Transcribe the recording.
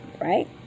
right